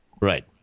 Right